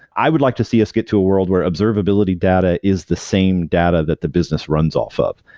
i would like to see us get to a world where observability data is the same data that the business runs off of.